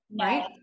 right